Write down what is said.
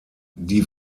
die